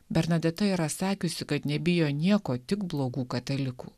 bernadeta yra sakiusi kad nebijo nieko tik blogų katalikų